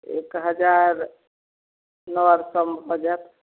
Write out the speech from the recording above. एक हजार नओ सओमे भऽ जाएत